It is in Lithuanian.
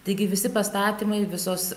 taigi visi pastatymai visos